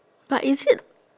but is it